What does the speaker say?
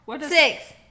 six